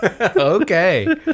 Okay